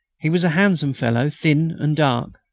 he was a handsome fellow, thin and dark.